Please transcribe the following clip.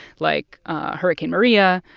like hurricane maria.